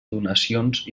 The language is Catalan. donacions